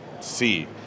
see